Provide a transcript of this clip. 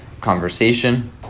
conversation